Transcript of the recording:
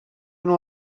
nhw